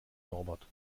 norbert